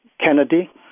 Kennedy